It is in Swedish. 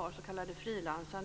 New York-modellen.